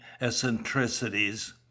eccentricities